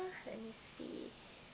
let me see